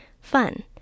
fun